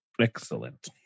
Excellent